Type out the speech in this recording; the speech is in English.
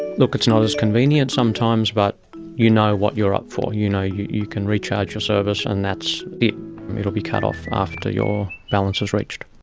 look, it's not as convenient sometimes, but you know what you're up for, you know you you can recharge your service and that's it, it will be cut off after your balance is reached.